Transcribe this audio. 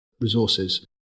resources